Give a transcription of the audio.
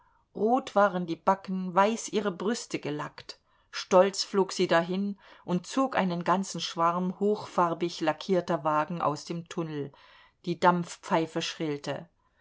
rot waren die backen weiß ihre brüste gelackt stolz flog sie dahin und zog einen ganzen schwarm hochfarbig lackierter wagen aus dem tunnel die dampfpfeife schrillte